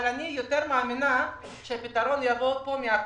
אבל אני יותר מאמינה שהפתרון יבוא פה מהכנסת,